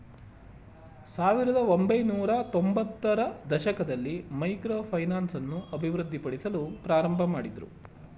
ಸಾವಿರದ ಒಂಬೈನೂರತ್ತೊಂಭತ್ತ ರ ದಶಕದಲ್ಲಿ ಮೈಕ್ರೋ ಫೈನಾನ್ಸ್ ಅನ್ನು ಅಭಿವೃದ್ಧಿಪಡಿಸಲು ಪ್ರಾರಂಭಮಾಡಿದ್ರು